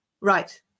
right